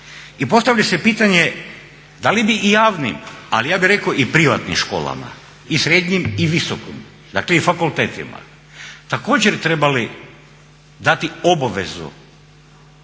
I postavlja se pitanje da li bi i javnim, ali ja bih rekao i privatnim, školama i srednjim i visokim, dakle i fakultetima, također trebali dati obavezu